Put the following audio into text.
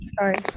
Sorry